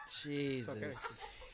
Jesus